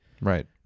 Right